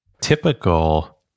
typical